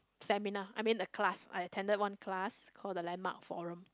seminar I mean the class I attended one class call the landmark forum